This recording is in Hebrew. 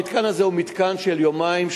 המתקן הזה הוא מתקן של יומיים,